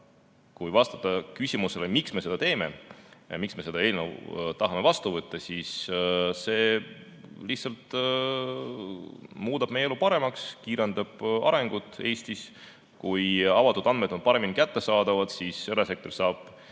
kui vastata küsimusele, miks me seda teeme, miks me seda eelnõu tahame vastu võtta, siis see lihtsalt muudab meie elu paremaks, kiirendab arengut Eestis. Kui avatud andmed on paremini kättesaadavad, siis erasektor saab